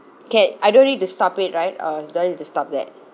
can I don't need to stop it right or do I need to stop that